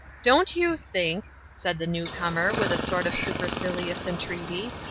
don't you think, said the new-comer, with a sort of supercilious entreaty,